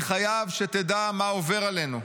אני חייב שתדע מה עובר עלינו.